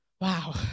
wow